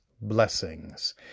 blessings